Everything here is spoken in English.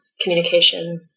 communication